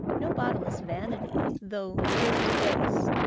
no bodiless vanity, though, face to face,